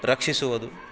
ರಕ್ಷಿಸುವುದು